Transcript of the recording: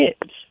Kids